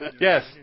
Yes